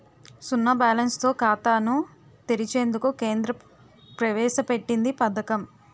సున్నా బ్యాలెన్స్ తో ఖాతాను తెరిచేందుకు కేంద్రం ప్రవేశ పెట్టింది పథకం